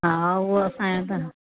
हा उहो असांजो त